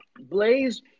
blaze